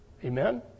Amen